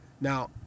Now